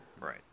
Right